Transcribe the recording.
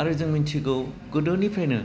आरो जों मोनथिगौ गोदोनिफ्रायनो